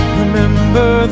remember